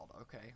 okay